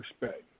respect